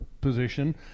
position